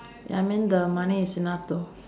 ya I mean the money is enough though